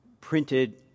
printed